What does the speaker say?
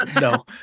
No